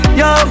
yo